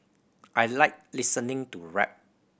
I like listening to rap